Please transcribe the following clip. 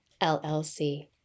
LLC